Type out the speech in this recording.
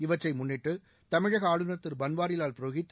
இவற்றை முன்னிட்டு தமிழக ஆளுநர் திரு பன்வாரிவால் புரோஹித்